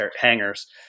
hangers